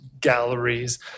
galleries